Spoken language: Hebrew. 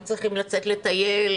הם צריכים לצאת לטייל,